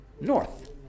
north